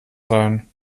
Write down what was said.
sein